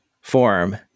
form